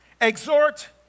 exhort